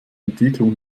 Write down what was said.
entwicklung